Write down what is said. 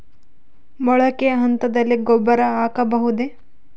ಮೊಳಕೆ ಹಂತದಲ್ಲಿ ಗೊಬ್ಬರ ಹಾಕಬಹುದೇ?